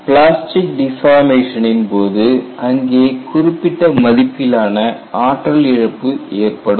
plastic டிபார்மேஷனின் போது அங்கே குறிப்பிட்ட மதிப்பிலான ஆற்றல் இழப்பு ஏற்படும்